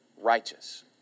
righteous